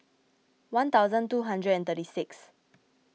one thousand two hundred and thirty six